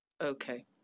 okay